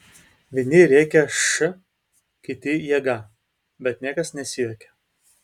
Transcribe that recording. vieni rėkė š kiti jėga bet niekas nesijuokė